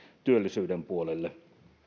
työllisyyden puolelle